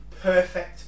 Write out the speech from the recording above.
perfect